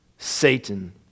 satan